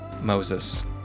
Moses